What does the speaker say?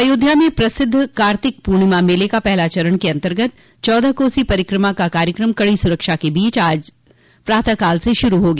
अयोध्या में प्रसिद्द कार्तिक पूर्णिमा मेले का पहले चरण के अन्तर्गत चौदह कोसी परिक्रमा का कार्यक्रम कड़ी स्रक्षा के बीच आज प्रातःकाल से शुरू हो गया